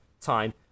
time